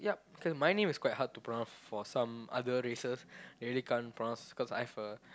ya cause my name is quite hard to pronounce for some other races maybe can't pronounce because I have a